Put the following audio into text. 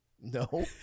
No